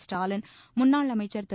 ஸ்டாலின் முன்னாள் அமைச்சர் திரு